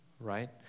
right